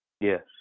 Yes